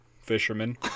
fisherman